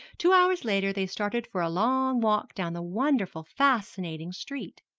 two hours later they started for a long walk down the wonderful, fascinating street.